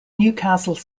newcastle